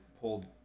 pulled